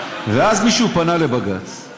מישהו פנה לבג"ץ,